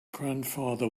grandfather